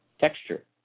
Texture